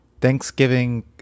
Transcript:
Thanksgiving